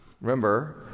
remember